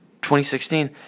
2016